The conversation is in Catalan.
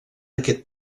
aquest